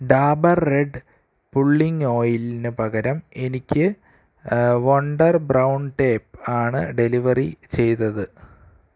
Dabur red pulling ഓയിലിന് പകരം എനിക്ക് വണ്ടർ ബ്രൗൺ ടേപ്പ് ആണ് ഡെലിവറി ചെയ്തത്